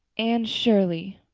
anne shirley,